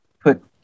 put